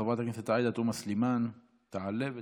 חברת הכנסת עאידה תומא סלימאן תעלה ותבוא.